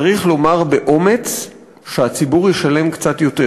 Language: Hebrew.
צריך לומר באומץ שהציבור ישלם קצת יותר.